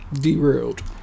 derailed